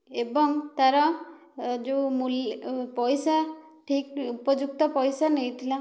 ଏବଂ ତାର ଯେଉଁ ପଇସା ଠିକ୍ ଉପଯୁକ୍ତ ପଇସା ନେଇଥିଲା